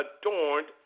adorned